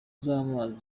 z’amazi